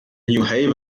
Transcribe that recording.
new